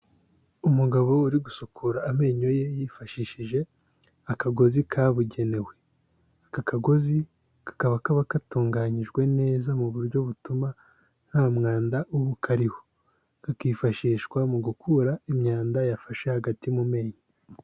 Umugabo uri gusukura amenyo ye, yifashishije akagozi kabugenewe. Aka kagozi kakaba kaba katunganyijwe neza mu buryo butuma nta mwanda ubu ukariho. kakifashishwa mu gukura imyanda yafashe hagati mu menyo.